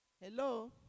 Hello